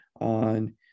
on